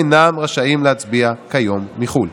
אינם רשאים כיום להצביע מחו"ל.